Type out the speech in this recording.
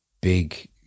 big